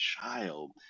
child